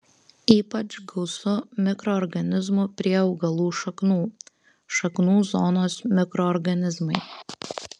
ypač gausu mikroorganizmų prie augalų šaknų šaknų zonos mikroorganizmai